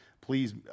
please